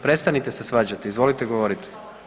Prestanite se svađati, izvolite govoriti.